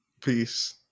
Peace